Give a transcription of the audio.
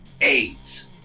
AIDS